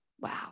Wow